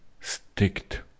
sticked